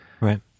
Right